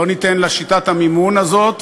לא ניתן לשיטת המימון הזאת,